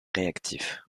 réactif